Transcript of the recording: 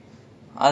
!wah! I think like